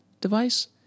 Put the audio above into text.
device